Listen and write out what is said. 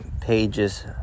pages